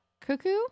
Cuckoo